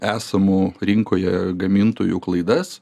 esamų rinkoje gamintojų klaidas